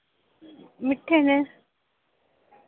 मिट्ठे न